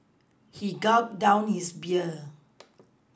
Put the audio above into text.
he gulped down his beer